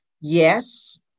yes